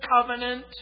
covenant